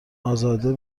ازاده